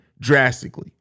drastically